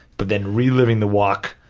but then reliving the walk,